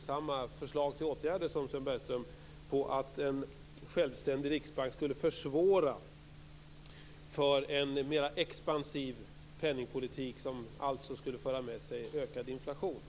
samma förslag till åtgärder som Sven Bergström, inne på att en självständig riksbank skulle försvåra för en mera expansiv penningpolitik, som alltså skulle föra med sig ökad inflation.